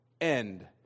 end